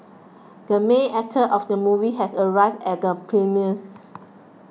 the main actor of the movie has arrived at the premieres